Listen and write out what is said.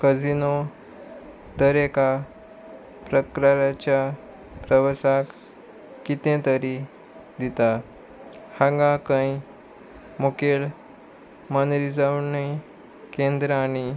casino दरेका प्रकाराच्या प्रवासाक कितें तरी दिता हांगा खंय मुखेल मनरिजावणी केंद्रा आनी